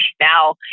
Now